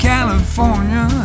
California